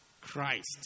Christ